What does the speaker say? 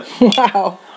Wow